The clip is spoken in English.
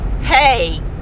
hey